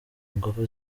ingufu